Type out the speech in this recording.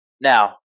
Now